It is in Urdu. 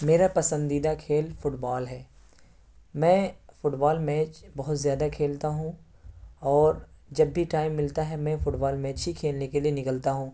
میرا پسندیدہ کھیل فٹ بال ہے میں فٹ بال میچ بہت زیادہ کھیلتا ہوں اور جب بھی ٹائم ملتا ہے میں فٹ بال میچ ہی کھیلنے کے لیے نکلتا ہوں